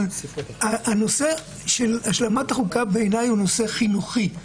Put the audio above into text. אבל הנושא של השלמת החוקה הוא נושא חינוכי,